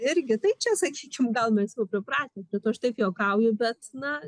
irgi tai čia sakyčiau gal mes jau pripratę bet aš taip juokauju bet na